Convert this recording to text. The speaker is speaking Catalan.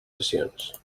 sessions